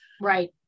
Right